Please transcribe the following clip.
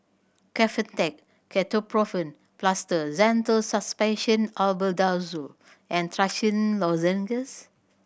Kefentech Ketoprofen Plaster Zental Suspension Albendazole and Trachisan Lozenges